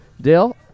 Dale